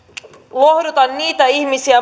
lohduttaa niitä ihmisiä